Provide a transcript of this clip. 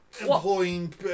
employing